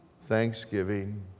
thanksgiving